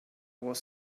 was